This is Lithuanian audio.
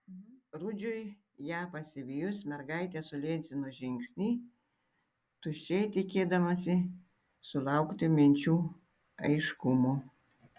rudžiui ją pasivijus mergaitė sulėtino žingsnį tuščiai tikėdamasi sulaukti minčių aiškumo